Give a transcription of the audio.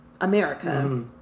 America